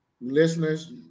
Listeners